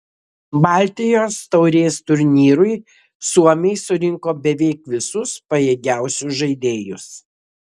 baltijos taurės turnyrui suomiai surinko beveik visus pajėgiausius žaidėjus